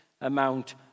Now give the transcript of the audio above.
amount